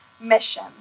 mission